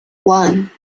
one